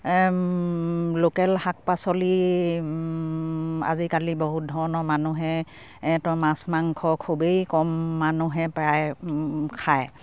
local শাক পাচলি আজিকালি বহুত ধৰণৰ মানুহে মাছ মাংস খুবেই কম মানুহে প্ৰায় খায়